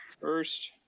First